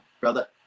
Brother